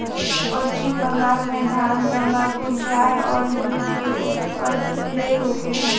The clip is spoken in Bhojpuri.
पश्चिम बंगाल में धान, तम्बाकू, चाय अउर जुट के ऊपज ढेरे होखेला